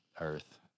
Earth